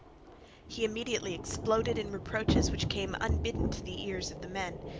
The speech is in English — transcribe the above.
he immediately exploded in reproaches which came unbidden to the ears of the men.